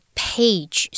page